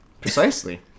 precisely